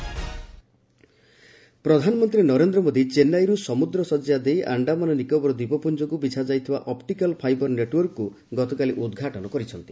PM optical fibre ପ୍ରଧାନମନ୍ତ୍ରୀ ନରେନ୍ଦ୍ର ମୋଦୀ ଚେନ୍ନାଇରୁ ସମୁଦ୍ର ଶଯ୍ୟା ଦେଇ ଆଶ୍ଡାମାନ ନିକୋବର ଦ୍ୱୀପପୁଞ୍ଜକୁ ବିଛାଯାଇଥିବା ଅପ୍ରିକାଲ୍ ଫାଇବର୍ ନେଟୱର୍କକୁ ଗତକାଲି ଉଦ୍ଘାଟନ କରିଛନ୍ତି